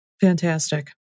Fantastic